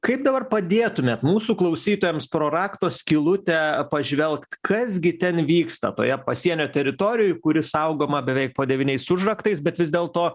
kaip dabar padėtumėt mūsų klausytojams pro rakto skylutę pažvelk kas gi ten vyksta toje pasienio teritorijoj kuri saugoma beveik po devyniais užraktais bet vis dėlto